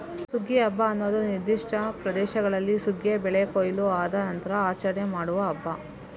ಸುಗ್ಗಿ ಹಬ್ಬ ಅನ್ನುದು ನಿರ್ದಿಷ್ಟ ಪ್ರದೇಶಗಳಲ್ಲಿ ಸುಗ್ಗಿಯ ಬೆಳೆ ಕೊಯ್ಲು ಆದ ನಂತ್ರ ಆಚರಣೆ ಮಾಡುವ ಹಬ್ಬ